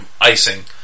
Icing